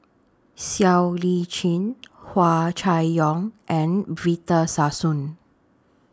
Siow Lee Chin Hua Chai Yong and Victor Sassoon